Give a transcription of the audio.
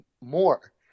more